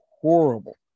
horrible